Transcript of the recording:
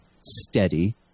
steady